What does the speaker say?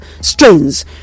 strains